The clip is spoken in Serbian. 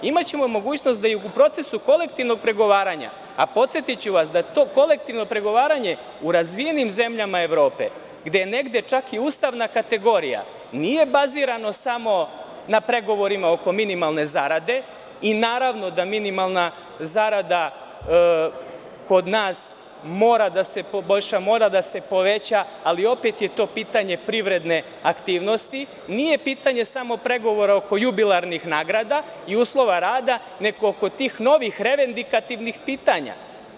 Imaćemo mogućnost da ih u procesu kolektivnog pregovaranja, a podsetiću da to kolektivno pregovaranje u razvijenim zemljama Evrope, gde je negde čak i ustavna kategorija, nije bazirano samo na pregovorima oko minimalne zarade, naravno, da minimalna zarada kod nas mora da se poboljša, mora da se poveća, ali opet je to pitanje privredne aktivnosti, nije pitanje samo pregovora oko jubilarnih nagrada i uslova rada, nego oko tih novih pitanja.